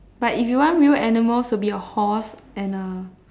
but if you want real animals would be a horse and a